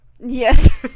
Yes